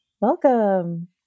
Welcome